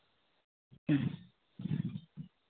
ᱦᱮᱸ